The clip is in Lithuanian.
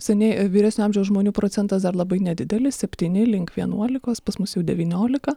seniai vyresnio amžiaus žmonių procentas dar labai nedidelis septyni link vienuolikos pas mus jau devyniolika